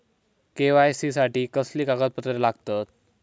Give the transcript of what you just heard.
KYC साठी कसली कागदपत्र लागतत?